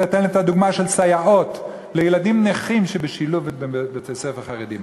ניתן את הדוגמה של סייעות לילדים נכים שבשילוב בבתי-ספר חרדיים.